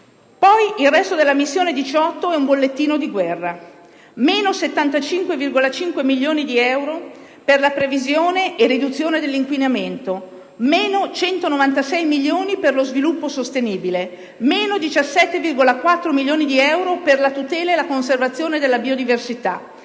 Il resto della missione 18 è un bollettino di guerra: meno 75,5 milioni di euro per la previsione e riduzione dell'inquinamento; meno 196 milioni di euro per lo sviluppo sostenibile; meno 17,4 milioni di euro per la tutela e la conservazione della biodiversità;